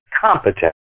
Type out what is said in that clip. competent